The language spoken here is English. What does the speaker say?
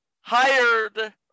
hired